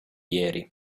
ieri